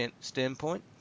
standpoint